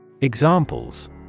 Examples